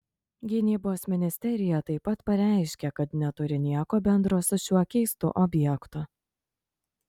gynybos ministerija taip pat pareiškė kad neturi nieko bendro su šiuo keistu objektu